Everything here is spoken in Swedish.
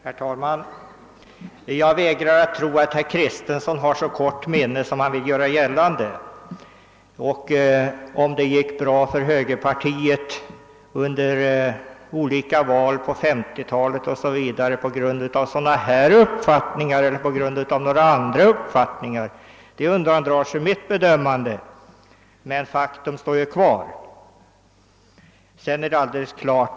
Herr talman! Jag vägrar tro att herr Kristenson har så kort minne som han vill göra gällande att han har. Om de" gick bra för högerpartiet under olika val tidigare tack vare uppfattningar i de frågor vi nu diskuterar eller tack vare uppfattningar i andra frågor undandrar sig mitt bedömande, men faktum kvarstår.